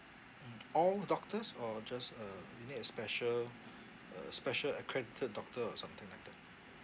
mm all doctors or just uh you need a special uh special accredited doctor or something like that